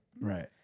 Right